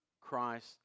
Christ